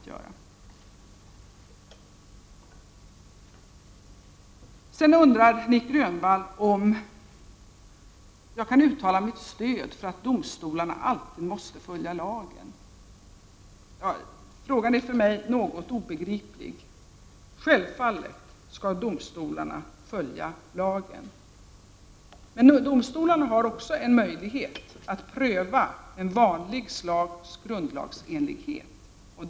Nic Grönvall undrar om jag kan uttala mitt stöd för att domstolarna alltid måste följa lagen. Frågan är för mig något obegriplig. Självfallet skall domstolarna följa lagen. Men domstolarna har också en möjlighet att pröva ett vanligt slags grundlagsenlighet.